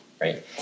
right